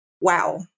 wow